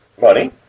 Money